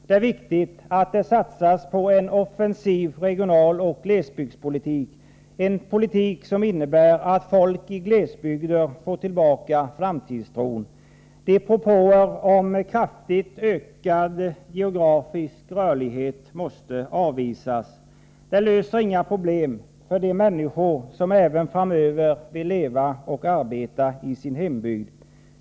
Det är viktigt att det satsas på en offensiv regionaloch glesbygdspolitik, en politik som innebär att folk i glesbygder får tillbaka framtidstron. Propåerna om kraftigt ökad geografisk rörlighet måste avvisas. Det löser inga problem för de människor som även framöver vill leva och arbeta i sin hembygd.